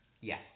Yes